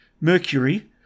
Mercury